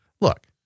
Look